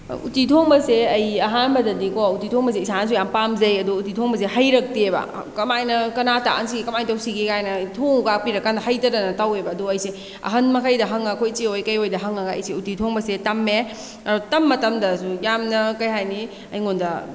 ꯎꯇꯤ ꯊꯣꯡꯕꯁꯦ ꯑꯩ ꯑꯍꯥꯟꯕꯗꯗꯤ ꯀꯣ ꯎꯇꯤ ꯊꯣꯡꯕꯁꯦ ꯏꯁꯥꯅꯁꯨ ꯌꯥꯝ ꯄꯥꯝꯖꯩ ꯑꯗꯣ ꯎꯇꯤ ꯊꯣꯡꯕꯁꯦ ꯍꯩꯔꯛꯇꯦꯕ ꯀꯃꯥꯏꯅ ꯀꯅꯥ ꯇꯥꯛꯍꯟꯁꯤ ꯀꯃꯥꯏ ꯇꯧꯁꯤꯒꯦꯒꯥꯏꯅ ꯊꯣꯡꯉꯨꯒ ꯄꯤꯔꯛ ꯀꯥꯟꯗ ꯍꯩꯇꯗꯅ ꯇꯧꯋꯦꯕ ꯑꯗꯣ ꯑꯩꯁꯦ ꯑꯍꯜ ꯃꯈꯩꯗ ꯍꯪꯉꯒ ꯑꯩꯈꯣꯏ ꯏꯆꯦ ꯀꯩꯍꯣꯏꯗ ꯍꯪꯉꯒ ꯑꯩꯁꯦ ꯎꯇꯤ ꯊꯣꯡꯕꯁꯦ ꯇꯝꯃꯦ ꯑꯗꯣ ꯇꯝꯃ ꯇꯝꯗꯁꯨ ꯌꯥꯝꯅ ꯀꯩ ꯍꯥꯏꯅꯤ ꯑꯩꯉꯣꯟꯗ